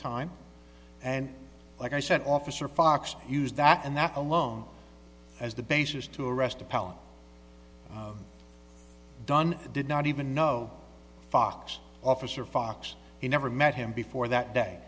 time and like i said officer fox used that and that alone as the basis to arrest a palette done did not even know fox officer fox never met him before that day